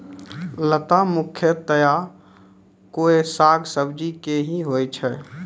लता मुख्यतया कोय साग सब्जी के हीं होय छै